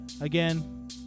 again